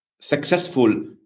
successful